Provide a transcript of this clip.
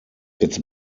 its